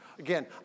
Again